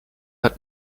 hat